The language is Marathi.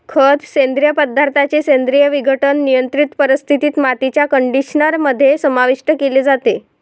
खत, सेंद्रिय पदार्थांचे सेंद्रिय विघटन, नियंत्रित परिस्थितीत, मातीच्या कंडिशनर मध्ये समाविष्ट केले जाते